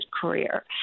career